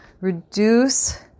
reduce